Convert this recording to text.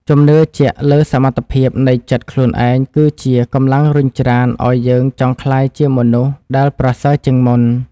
ជំនឿជាក់លើសមត្ថភាពនៃចិត្តខ្លួនឯងគឺជាកម្លាំងរុញច្រានឱ្យយើងចង់ក្លាយជាមនុស្សដែលប្រសើរជាងមុន។